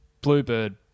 bluebird